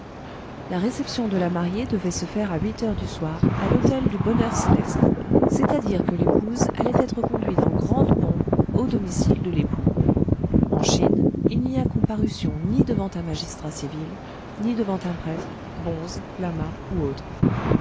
la réception de la mariée devait se faire à huit heures du soir à l'hôtel du bonheur céleste c'est-à-dire que l'épouse allait être conduite en grande pompe au domicile de l'époux en chine il n'y a comparution ni devant un magistrat civil ni devant un prêtre bonze lama ou autre